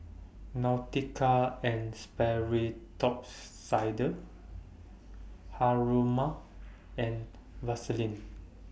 Nautica and Sperry Top Sider Haruma and Vaseline